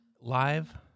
live